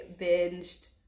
binged